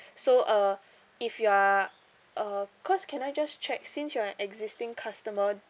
so uh if you are uh cause can I just check since you are existing customer